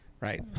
right